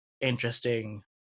interesting